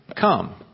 come